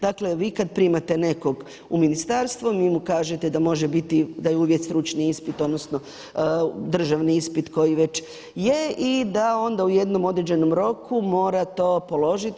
Dakle, vi kad primate nekog u ministarstvo vi mu kažete da može biti, da je uvjet stručni ispit odnosno državni ispit koji već je i da onda u jednom određenom roku mora to položiti.